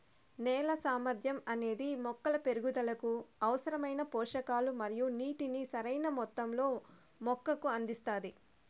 నేల సామర్థ్యం అనేది మొక్కల పెరుగుదలకు అవసరమైన పోషకాలు మరియు నీటిని సరైణ మొత్తంలో మొక్కకు అందిస్తాది